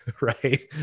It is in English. Right